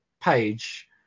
page